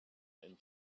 and